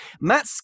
Matt